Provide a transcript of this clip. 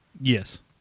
Yes